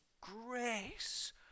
grace